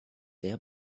sehr